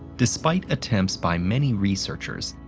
despite attempts by many researchers,